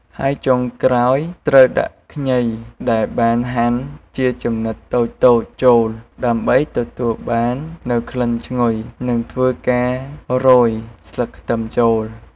ហើយចុងក្រោយ ត្រូវដាក់ខ្ងីដែលបានហាន់ជាចំនិតតូចៗចូល ដើម្បីទទួលបាននូវក្លិនឈ្ងុយ និងធ្វើការរោយស្លឹកខ្ទឹមចូល។